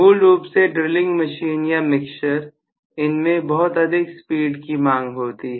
मूल रूप से ड्रिलिंग मशीन या मिक्सर इनमें बहुत अधिक स्पीड की मांग होती है